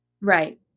Right